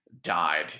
died